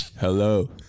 Hello